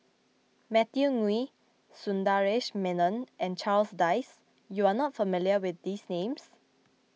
Matthew Ngui Sundaresh Menon and Charles Dyce you are not familiar with these names